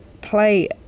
play